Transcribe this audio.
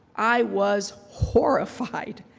i was horrified,